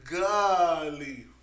golly